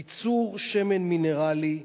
ייצור שמן מינרלי,